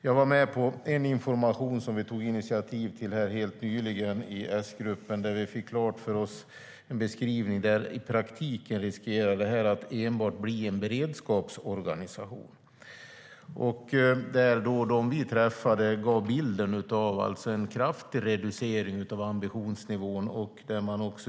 Jag var helt nyligen med på en information som vi i S-gruppen tog initiativ till. Vi fick då en beskrivning av att det i praktiken riskerar att bli enbart en beredskapsorganisation. De som vi träffade gav bilden av en kraftig reducering av ambitionsnivån.